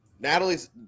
Natalie's